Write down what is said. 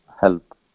help